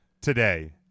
today